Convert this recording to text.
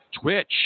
Twitch